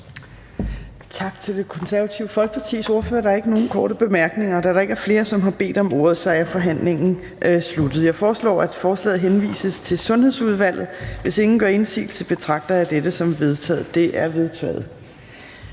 Tak til Det Konservative Folkepartis ordfører. Der er ikke nogen korte bemærkninger. Da der ikke er flere, som har bedt om ordet, er forhandlingen sluttet. Jeg foreslår, at forslaget til folketingsbeslutning henvises til Sundhedsudvalget. Hvis ingen gør indsigelse, betragter jeg dette som vedtaget. Det er vedtaget.